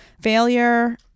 failure